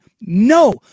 No